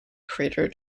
crater